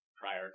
prior